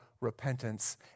repentance